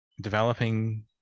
developing